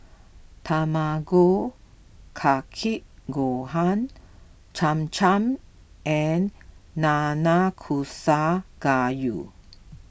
Tamago Kake Gohan Cham Cham and Nanakusa Gayu